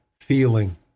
feeling